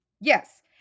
Yes